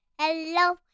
hello